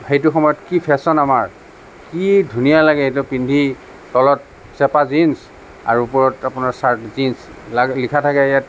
সেইটো সময়ত কি ফেশ্বন আমাৰ কি ধুনীয়া লাগে সেইটো পিন্ধি তলত চেপা জীনছ আৰু ওপৰত আপোনাৰ চাৰ্ট জীনছ লিখা থাকে ইয়াত